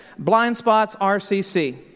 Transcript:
BlindspotsRCC